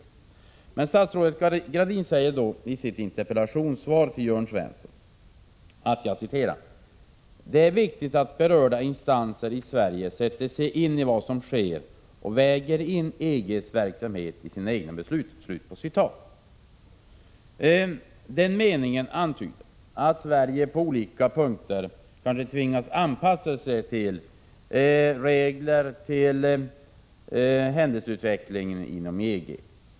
9 februari 1987 Statsrådet Gradin säger dock i sitt interpellationssvar till Jörn Svensson: ”Det är väsentligt att berörda instanser i Sverige sätter sig in i vad som sker och väger in EG:s verksamhet i sina egna beslut.” Denna mening antyder att Sverige på olika punkter kan tvingas att anpassa sig till regler och händelseutvecklingen inom EG.